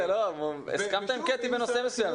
לא, הסכמת עם קטי בנושא מסוים.